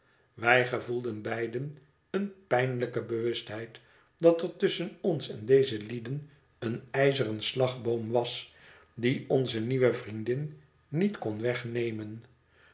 wij gevoelden beide eene pijnlijke bewustheid dat er tusschen ons en deze lieden een ijzeren slagboom was dien onze nieuwe vriendin niet kon wegnemen